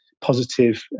positive